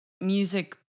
music